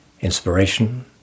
inspiration